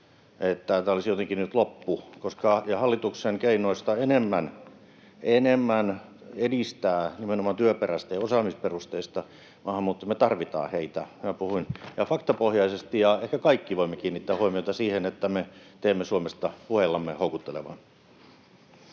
tämä olisi jotenkin nyt loppu. Hallituksen keinoista useammat edistävät nimenomaan työperäistä ja osaamisperusteista maahanmuuttoa. Me tarvitaan heitä. Minä puhuin faktapohjaisesti, ja ehkä kaikki voimme kiinnittää huomiota siihen, että me teemme Suomesta puheillamme houkuttelevan.